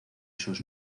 sus